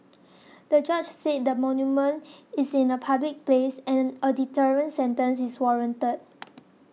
the judge said the monument is in a public place and a deterrent sentence is warranted